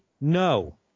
No